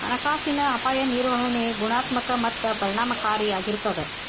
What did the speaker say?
ಹಣಕಾಸಿನ ಅಪಾಯ ನಿರ್ವಹಣೆ ಗುಣಾತ್ಮಕ ಮತ್ತ ಪರಿಣಾಮಕಾರಿ ಆಗಿರ್ತದ